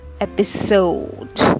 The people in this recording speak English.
episode